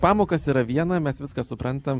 pamokas yra viena mes viską suprantam